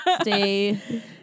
Stay